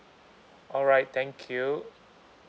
alright thank you